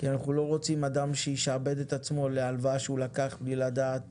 אנחנו לא רוצים אדם שישעבד את עצמו להלוואה שהוא לקח בלי לדעת